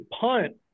punt